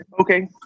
okay